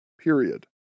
period